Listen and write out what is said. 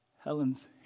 Helen's